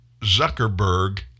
Zuckerberg